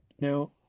Now